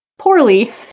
poorly